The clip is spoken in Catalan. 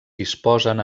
disposen